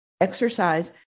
exercise